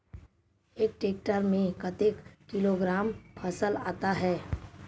एक टेक्टर में कतेक किलोग्राम फसल आता है?